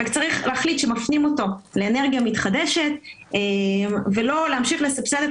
רק צריך להחליט שמפנים אותו לאנרגיה מתחדשת ולא להמשיך לסבסד את